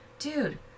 dude